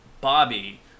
Bobby